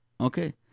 Okay